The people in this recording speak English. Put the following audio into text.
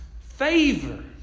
favor